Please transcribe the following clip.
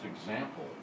example